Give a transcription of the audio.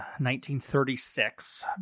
1936